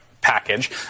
package